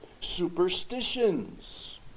Superstitions